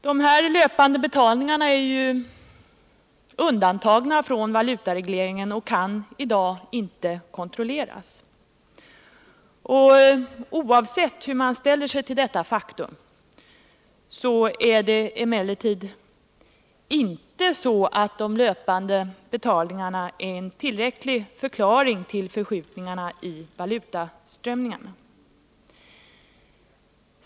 Men de löpande betalningarna är ju undantagna från valutaregleringen och kan i dag inte kontrolleras. Oavsett hur man ställer sig till detta faktum är det emellertid inte så att de löpande betalningarna är en tillräcklig förklaring till förskjutningarna i valutaströmningarna.